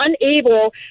unable